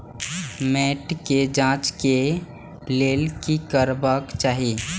मैट के जांच के लेल कि करबाक चाही?